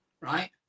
right